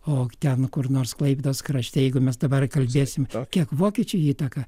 o ten kur nors klaipėdos krašte jeigu mes dabar kalbėsim kiek vokiečių įtaka